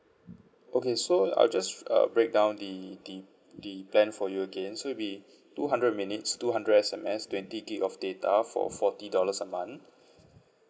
okay so I'll just uh break down the the the plan for you again so it'll be two hundred minutes two hundred S_M_S twenty gig of data for forty dollars a month